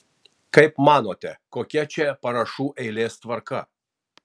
kaip manote kokia čia parašų eilės tvarka